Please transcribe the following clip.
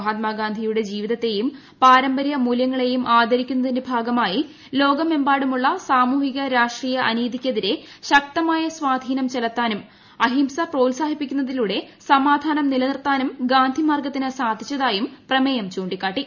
മഹാത്മാഗാന്ധിയുടെ ജീവിതത്തേയും പാരമ്പര്യ മൂല്യങ്ങളേയും ആദരിക്കുന്നതിന്റെ ഭാഗമായി ലോകമെമ്പാടുമുള്ള സാമൂഹിക രാഷ്ട്രീയ അനീതിയ്ക്കെതിരെ ശക്തമായ സ്വാധീനം ചെലുത്താനും അഹിംസ പ്രോത്സാഹിപ്പിക്കുന്നതിലൂട്ടെ സ്ട്രമാധാനം നിലനിർത്താനും ഗാന്ധിമാർഗ്ഗത്തിന്റ് സ്റ്റെപ്പിച്ചതായും പ്രമേയം ചൂണ്ടിക്കാട്ടി